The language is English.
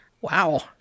Wow